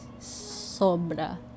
Sobra